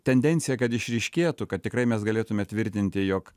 tendencija kad išryškėtų kad tikrai mes galėtume tvirtinti jog